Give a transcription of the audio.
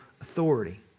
authority